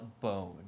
bone